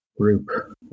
group